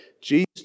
Jesus